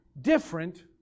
different